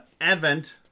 Advent